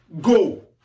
go